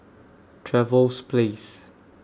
Trevose Place